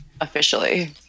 officially